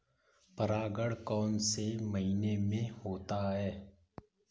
परागण कौन से महीने में होता है?